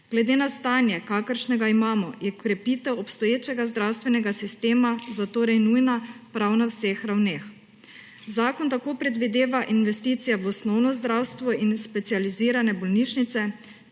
Glede na stanje, kakršnega imamo, je krepitev obstoječega zdravstvenega sistema zatorej nujna prav na vseh ravneh. Zakon tako predvideva investicije v osnovno zdravstvo in specializirane bolnišnice